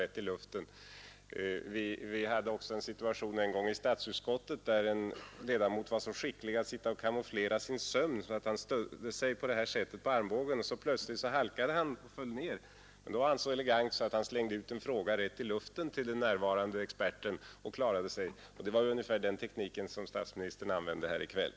Vi hade också en situation en gång i statsutskottet, där en ledamot var så skicklig i att sitta och kamouflera sin sömn att han stödde sig på armbågen och plötsligt, när han halkade och föll ned med huvudet, elegant slängde ut en fråga i luften till den närvarande experten och på det sättet klarade sig. Det var ungefär den teknik som statsministern använde här i kväll.